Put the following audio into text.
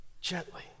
Gently